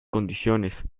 condiciones